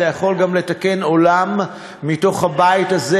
אתה יכול לתקן עולם מתוך הבית הזה,